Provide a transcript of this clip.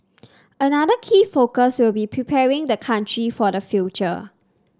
another key focus will be preparing the country for the future